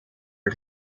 het